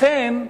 לכן,